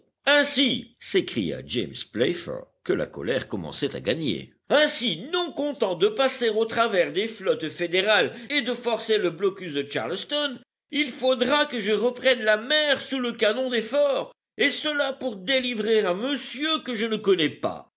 ainsi s'écria james playfair que la colère commençait à gagner ainsi non content de passer au travers des flottes fédérales et de forcer le blocus de charleston il faudra que je reprenne la mer sous le canon des forts et cela pour délivrer un monsieur que je ne connais pas